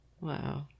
Wow